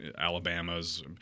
Alabama's